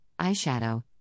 eyeshadow